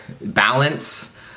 balance